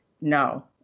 no